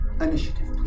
Initiative